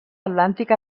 atlàntica